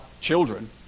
children